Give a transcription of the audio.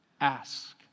Ask